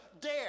dare